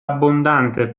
abbondante